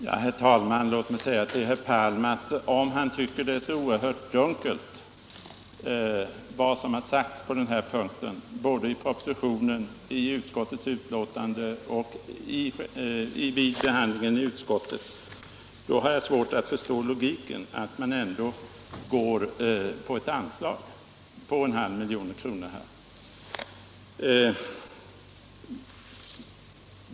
Herr talman! Om herr Palm tycker att det som sagts i propositionen och vid behandlingen i utskottet på denna punkt är så dunkelt, har jag svårt att förstå logiken. Ni går ju ändå med på ett anslag av en halv miljon kronor till detta ändamål.